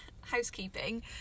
housekeeping